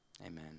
amen